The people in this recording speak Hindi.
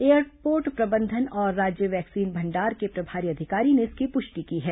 एयरपोर्ट प्रबंधन और राज्य वैक्सीन भंडार के प्रभारी अधिकारी ने इसकी पुष्टि की है